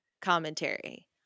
commentary